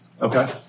okay